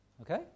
Okay